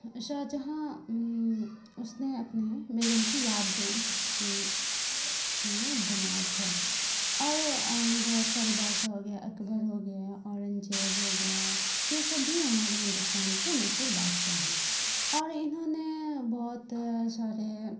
شاہجہاں اس نے اپنے بیگم کی یاد میں بنائے تھے اور بہت سارے بادساہ ہو گیا اکبر ہو گیا اورنگزیب ہو گئیں یہ سب بھی ہمارے ہندوستان کے مشہور بادشاہ ہیں اور انہوں نے بہت سارے